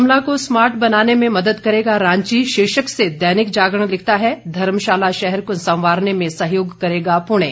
शिमला को स्मार्ट बनाने में मदद करेगा रांची शीर्षक से दैनिक जागरण लिखता है धर्मशाला शहर को संवारने में सहयोग करेगा पुणे